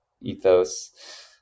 ethos